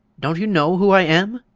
don't you know who i am?